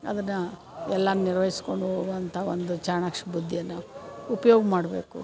ಅದನ್ನು ಎಲ್ಲ ನಿರ್ವಹಿಸ್ಕೊಂಡು ಹೋಗುವಂಥ ಒಂದು ಚಾಣಕ್ಷ ಬುದ್ಧಿಯನ್ನು ಉಪ್ಯೋಗ ಮಾಡಬೇಕು